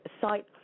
site